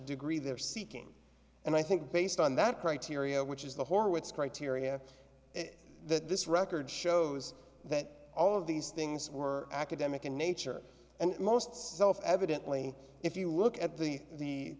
degree they're seeking and i think based on that criteria which is the horwitz criteria that this record shows that all of these things were academic in nature and most self evidently if you look at the